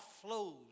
flows